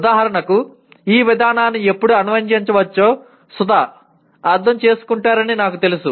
ఉదాహరణకు ఈ విధానాన్ని ఎప్పుడు అన్వయించవచ్చో సుధా అర్థం చేసుకుంటారని నాకు తెలుసు